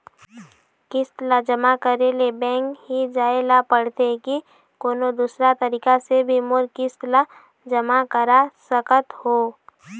किस्त ला जमा करे ले बैंक ही जाए ला पड़ते कि कोन्हो दूसरा तरीका से भी मोर किस्त ला जमा करा सकत हो?